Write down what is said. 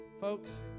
folks